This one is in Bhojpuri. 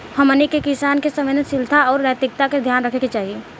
हमनी के किसान के संवेदनशीलता आउर नैतिकता के ध्यान रखे के चाही